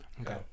Okay